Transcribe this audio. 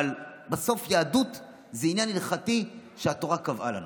אבל בסוף יהדות זה עניין הלכתי שהתורה קבעה לנו.